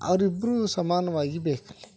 ಅವ್ರು ಇಬ್ಬರೂ ಸಮಾನವಾಗಿ ಬೇಕಲ್ಲಿ